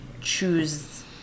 choose